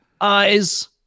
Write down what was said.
eyes